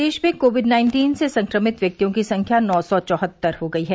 प्रदेश में COVID nineteen से संक्रमित व्यक्तियों की संख्या नौ सौ चौहत्तर हो गई है